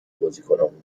بازیکنامون